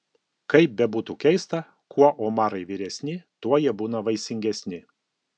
kaip bebūtų keista kuo omarai vyresni tuo jie būna vaisingesni